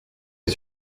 est